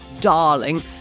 darling